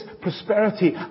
prosperity